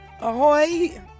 Ahoy